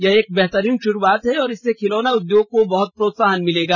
यह एक बेहतरीन शुरुआत है और इससे खिलौना उद्योग को बहुत प्रोत्साहन मिलेगा